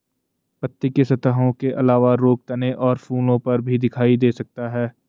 पत्ती की सतहों के अलावा रोग तने और फूलों पर भी दिखाई दे सकता है